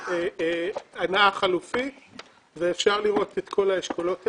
הנעה חלופית ואפשר לראות את כל האשכולות האלה.